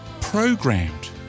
programmed